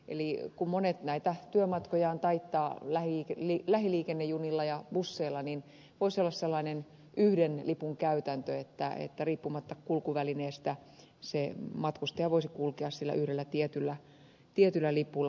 eli kun monet näitä työmatkojaan taittavat lähiliikennejunilla ja busseilla niin voisi olla sellainen yhden lipun käytäntö että riippumatta kulkuvälineestä se matkustaja voisi kulkea sillä yhdellä tietyllä lipulla